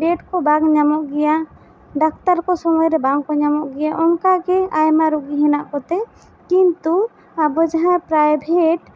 date ᱠᱚ ᱵᱟᱝ ᱧᱟᱢᱚᱜ ᱜᱮᱭᱟ ᱰᱟᱠᱛᱟᱨ ᱠᱚ ᱥᱚᱢᱚᱭ ᱨᱮ ᱵᱟᱝ ᱠᱚ ᱧᱟᱢᱚᱜ ᱜᱮᱭᱟ ᱚᱱᱠᱟ ᱜᱮ ᱟᱭᱢᱟ ᱨᱳᱜᱤ ᱦᱮᱱᱟᱜ ᱠᱚᱛᱮ ᱠᱤᱱᱛᱩ ᱟᱵᱚ ᱡᱟᱦᱟᱸ ᱯᱨᱟᱭᱵᱷᱮᱴ